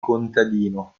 contadino